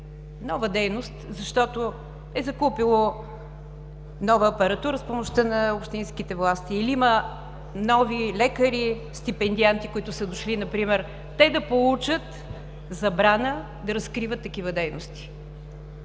нова дейност, защото е закупило нова апаратура с помощта на общинските власти или има нови лекари, стипендианти, които са дошли, например, те да получат забрана да разкриват такива дейности.